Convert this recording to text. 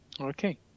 Okay